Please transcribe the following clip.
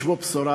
יש בו בשורה.